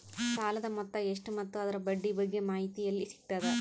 ಸಾಲದ ಮೊತ್ತ ಎಷ್ಟ ಮತ್ತು ಅದರ ಬಡ್ಡಿ ಬಗ್ಗೆ ಮಾಹಿತಿ ಎಲ್ಲ ಸಿಗತದ?